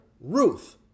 Ruth